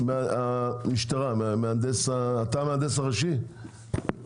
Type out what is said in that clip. אתה המהנדס הראשי של אגף התנועה?